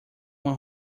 uma